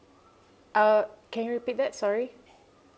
uh can you repeat that sorry